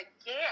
again